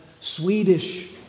Swedish